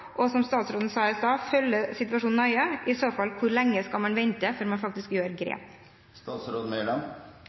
og se og, som statsråden sa i stad, følge situasjonen nøye? Og i så fall: Hvor lenge skal man vente før man faktisk gjør